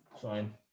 Fine